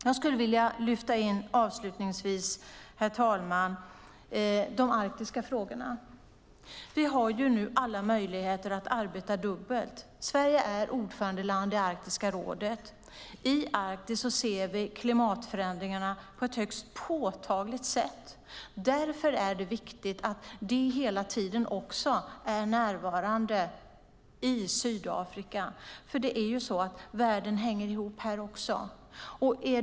Herr talman! Jag skulle avslutningsvis vilja lyfta in de arktiska frågorna. Vi har alla möjligheter att arbeta dubbelt. Sverige är ordförandeland i Arktiska rådet. I Arktis ser vi klimatförändringarna på ett högst påtagligt sätt. Därför är det viktigt att detta hela tiden är närvarande i Sydafrika; världen hänger ihop här också.